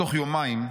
בתוך יומיים,